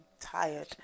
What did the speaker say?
tired